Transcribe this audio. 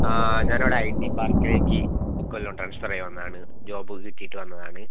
ആ ഞാനിവിടെ I T പാർക്കിലേക്ക് ഇക്കൊല്ലം ട്രാൻസ്ഫർ ആയി വന്നതാണ് ജോബ് കിട്ടിയിട്ട് വന്നതാണ്